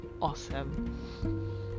awesome